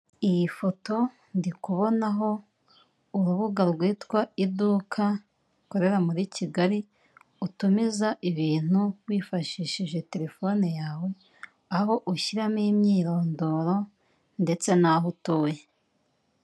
Iyi foto ndikubonaho urubuga rwitwa iduka rukorera muri Kigali, utumiza ibintu wifashishije telefone yawe, aho ushyiramo imyirondoro ndetse n'aho utuye.